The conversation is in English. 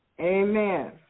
Amen